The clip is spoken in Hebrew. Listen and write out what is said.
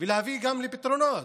ולהביא לפתרונות.